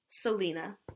Selena